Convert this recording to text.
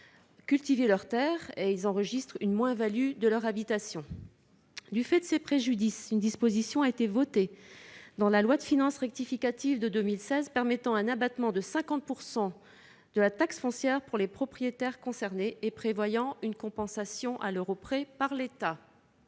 cultiver leurs terres et enregistrent une moins-value de leur habitation. Du fait de ces préjudices, une disposition a été votée dans la loi de finances rectificative du 29 décembre 2016, permettant un abattement de 50 % de la taxe foncière pour tous les propriétaires touchés et prévoyant une compensation à l'euro près par l'État.